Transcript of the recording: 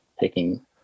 taking